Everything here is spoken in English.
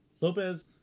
Lopez